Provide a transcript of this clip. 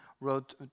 wrote